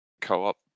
co-op